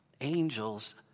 Angels